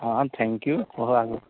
ହଁ thank you